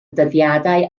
dyddiadau